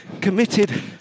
committed